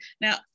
now